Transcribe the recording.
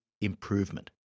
improvement